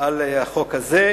על החוק הזה,